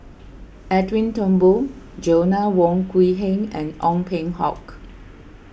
Edwin Thumboo Joanna Wong Quee Heng and Ong Peng Hock